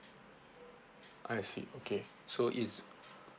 I see okay so is